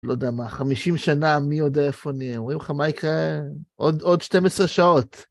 לא יודע מה, 50 שנה, מי יודע איפה נהיה, אומרים לך מה יקרה עוד 12 שעות.